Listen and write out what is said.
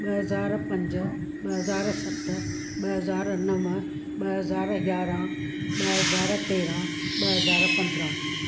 ॿ हज़ार पंज ॿ हज़ार सत ॿ हज़ार नव ॿ हज़ार यारहं ॿ हज़ार तेरहं ॿ हज़ार पंद्रहं